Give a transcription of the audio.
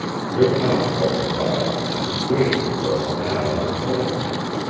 driven out by the fire, and waiting for us now in the settlements.